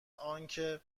آنکه